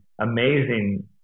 amazing